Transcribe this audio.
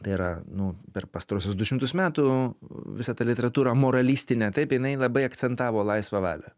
tai yra nu per pastaruosius du šimtus metų visa ta literatūra moralistinė taip jinai labai akcentavo laisvą valią